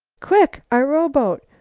quick! our rowboat!